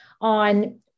on